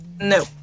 No